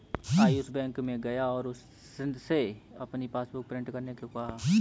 Ayush bank में गया और उससे अपनी पासबुक प्रिंट करने को कहा